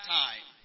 time